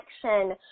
connection